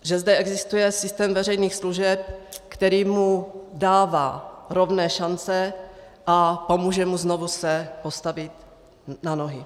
Že zde existuje systém veřejných služeb, který mu dává rovné šance a pomůže mu znovu se postavit na nohy.